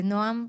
בנועם,